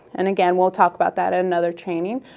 and again, we'll talk about that at another training,